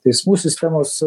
teismų sistemos